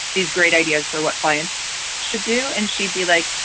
these great ideas for what clients should do and she'd be like,